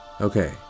Okay